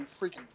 freaking